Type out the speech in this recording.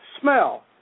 smell